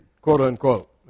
quote-unquote